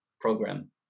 program